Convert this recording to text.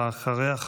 ואחריה,